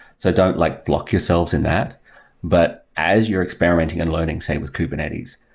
so don't like block yourselves in that but. as you're experimenting and learning, say with kubernetes,